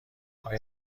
آیا